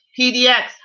PDX